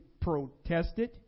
protested